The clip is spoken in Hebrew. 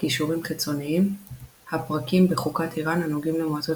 קישורים חיצוניים הפרקים בחוקת איראן הנוגעים למועצות